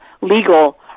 Legal